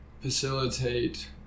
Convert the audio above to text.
facilitate